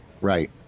Right